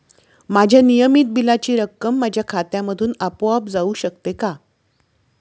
माझ्या नियमित बिलाची रक्कम माझ्या खात्यामधून आपोआप जाऊ शकते का?